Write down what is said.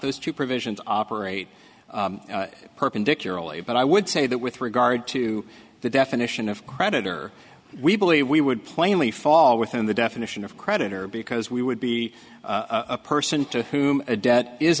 those two provisions operate perpendicularly but i would say that with regard to the definition of creditor we believe we would plainly fall within the definition of creditor because we would be a person to whom a debt is